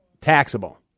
taxable